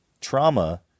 trauma